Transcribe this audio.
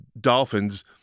dolphins